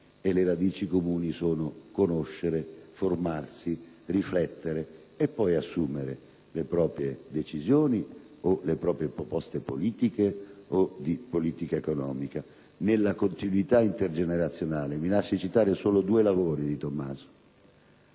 alle radici comuni che sono: conoscere, formarsi, riflettere e poi assumere le proprie decisioni o le proprie proposte politiche o di politica economica nella continuità intergenerazionale. Mi lasci citare solo un lavoro di Tommaso